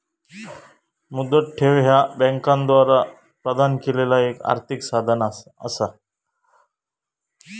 मुदत ठेव ह्या बँकांद्वारा प्रदान केलेला एक आर्थिक साधन असा